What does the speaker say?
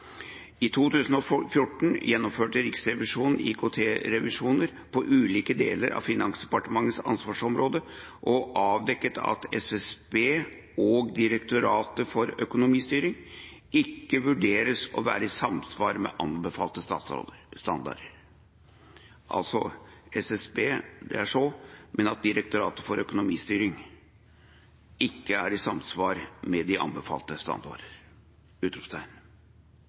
I 2014 gjennomførte Riksrevisjonen IKT-revisjoner på ulike deler av Finansdepartementets ansvarsområde og avdekket at SSB og Direktoratet for økonomistyring ikke vurderes å være i samsvar med anbefalte standarder – SSB, det er så, men at Direktoratet for økonomistyring ikke er i samsvar med anbefalte standarder!